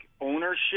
ownership